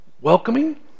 welcoming